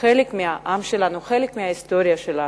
חלק מהעם שלנו, חלק מההיסטוריה שלנו.